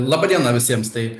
laba diena visiems tai